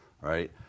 right